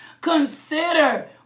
Consider